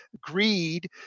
greed